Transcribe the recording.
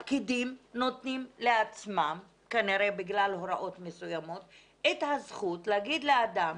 הפקידים נותנים לעצמם כנראה בגלל הוראות מסוימות את הזכות להגיד לאדם